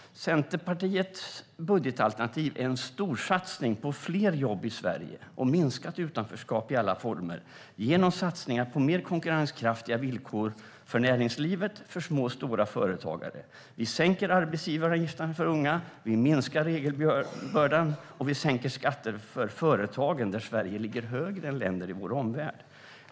Centerpartiets budgetalternativ är en storsatsning på fler jobb i Sverige och minskat utanförskap i alla former genom satsningar på mer konkurrenskraftiga villkor för näringslivet, för små och stora företag. Vi sänker arbetsgivaravgiften för unga, vi minskar regelbördan och vi sänker skatten för företagen, där Sverige ligger högre än länder i vår omvärld.